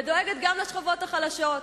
ודואגת גם לשכבות החלשות.